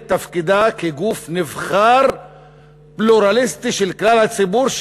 תפקידה כגוף נבחר פלורליסטי של כלל הציבור,